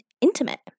intimate